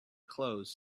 clothes